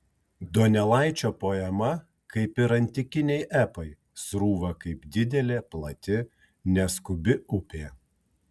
donelaičio poema kaip ir antikiniai epai srūva kaip didelė plati neskubi upė